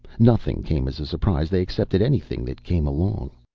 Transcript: nothing came as a surprise. they accepted anything that came along.